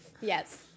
Yes